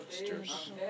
masters